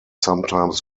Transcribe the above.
sometimes